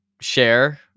share